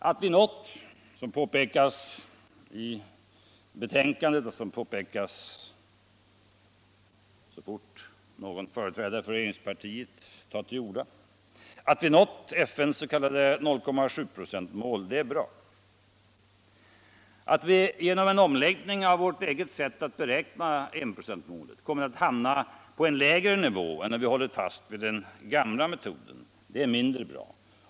Att vi har nått FN:s s.k. 0,7-procentsmål är bra. Att vi genom cen omläggning av vårt eget sätt att beräkna enprocentsmålet har kommit att hamna på en lägre nivå än om vi hade hållit fast vid den gamla metoden är mindre bra.